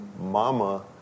mama